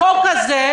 עשיתם את החוק,